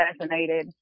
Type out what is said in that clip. assassinated